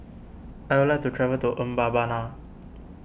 I would like to travel to Mbabana